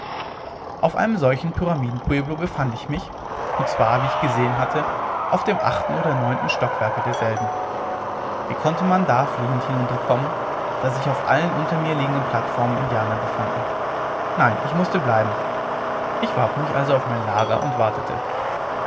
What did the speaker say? auf einem solchen pyramidenpueblo befand ich mich und zwar wie ich jetzt gesehen hatte auf dem achten oder neunten stockwerke derselben wie konnte man da fliehend hinunterkommen da sich auf allen unter mir liegenden plattformen indianer befanden nein ich mußte bleiben ich warf mich also auf mein lager und wartete